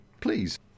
Please